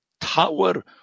tower